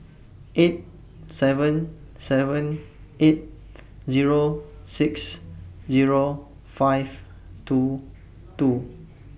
eight seven seven eight Zero six Zero five two two